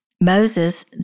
Moses